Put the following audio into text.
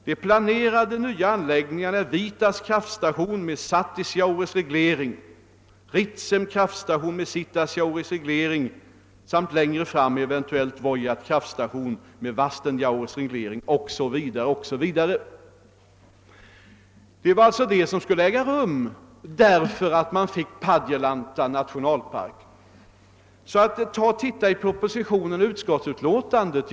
De planerade nya anläggningarna är Vietas kraftstation med =: Satisjaures reglering, Ritsems kraftstation med Sitasjaures reglering samt längre fram eventuelit Vuojat kraftstation med Vastenjaures reglering.» Det var alltså detta som skulle ske därför att man fick Padjelanta nationalpark. Se bara efter i propositionen och i utskottsutlåtandet!